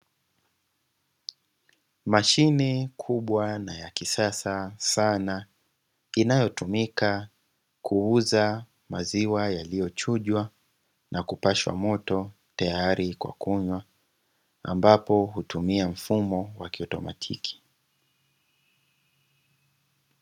Mashine kubwa na yakisasa sana, inayo tumika kuuza maziwa yaliyochujwa na kupashwa moto tayari kwa kunywa ambapo hutumia mfumo wa kiautomatiki.